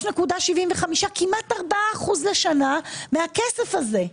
מ-3.75, כמעט 4% לשנה מהכסף הזה.